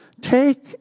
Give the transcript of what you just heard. take